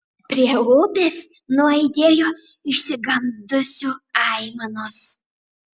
prie upės nuaidėjo išsigandusių aimanos